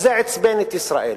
וזה עצבן את ישראל.